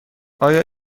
آیا